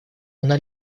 она